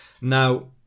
Now